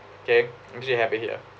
okay because you have it here